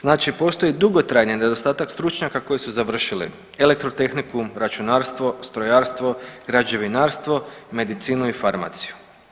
Znači postoji dugotrajni nedostatak stručnjaka koji su završili elektrotehniku, računarstvo, strojarstvo, građevinarstvo, medicinu i farmaciju.